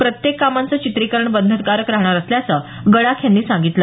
प्रत्येक कामांचं चित्रिकरण बंधनकारक राहणार असल्याचं गडाख यांनी सांगितलं